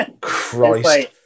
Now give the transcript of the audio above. Christ